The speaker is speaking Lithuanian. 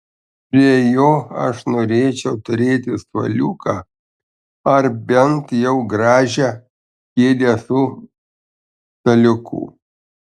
prie jo aš norėčiau turėti suoliuką ar bent jau gražią kėdę su staliuku